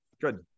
Good